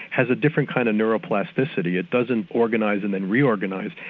has a different kind of neuro-plasticity it doesn't organise and then reorganise,